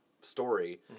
story